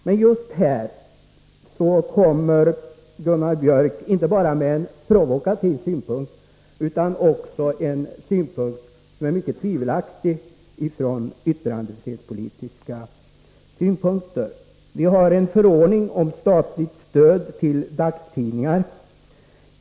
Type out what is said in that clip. Men just här kommer Gunnar Biörck inte bara med en provokativ synpunkt utan också med en synpunkt som är mycket tvivelaktig från yttrandefrihetspolitiska utgångspunkter. Vi har en förordning om statligt stöd till dagstidningar.